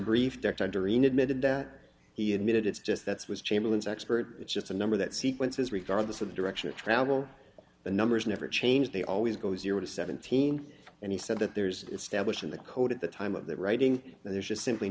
in admitted that he admitted it's just that's was chamberlain's expert it's just a number that sequences regardless of the direction of travel the numbers never change they always go zero to seventeen and he said that there's established in the code at the time of the writing that there's just simply